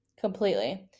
completely